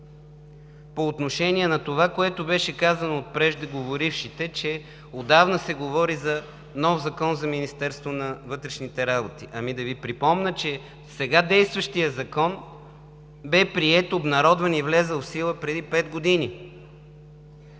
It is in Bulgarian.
По отношение на това, което беше казано от преждеговорившите, че отдавна се говори за нов Закон за Министерството на вътрешните работи. Да Ви припомня, че сега действащият закон бе приет, обнародван и влезе в сила преди пет години.